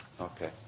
Okay